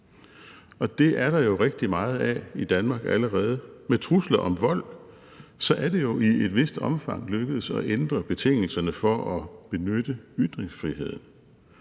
er der jo allerede rigtig meget af i Danmark. Med trusler om vold er det jo i et vist omfang lykkedes at ændre betingelserne for at benytte ytringsfriheden.